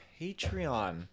Patreon